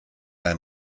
ein